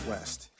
West